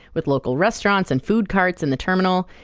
with local restaurants and food carts in the terminal,